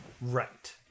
Right